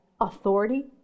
authority